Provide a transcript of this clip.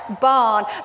barn